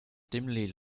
dimly